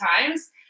times